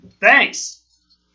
Thanks